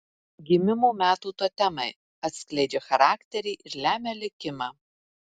gimimo metų totemai atskleidžia charakterį ir lemia likimą